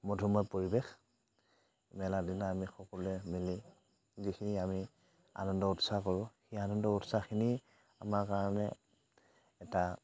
মধুময় পৰিৱেশ মেলা দিনা আমি সকলোৱে মিলি যিখিনি আমি আনন্দ উৎসাহ কৰোঁ সেই আনন্দ উৎসাহখিনি আমাৰ কাৰণে এটা